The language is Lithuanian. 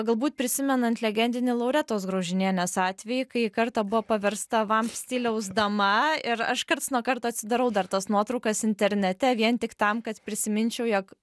galbūt prisimenant legendinį loretos graužinienės atvejį kai kartą buvo paversta vam stiliaus dama ir aš karts nuo karto atsidarau dar tas nuotraukas internete vien tik tam kad prisiminčiau jog